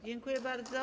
Dziękuję bardzo.